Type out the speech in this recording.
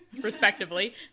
respectively